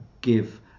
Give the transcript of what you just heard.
give